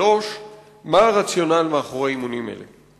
3. מה הוא הרציונל מאחורי אימונים אלה?